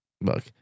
Look